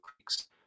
creeks